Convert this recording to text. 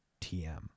TM